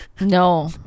No